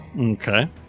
Okay